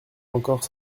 encore